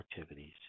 activities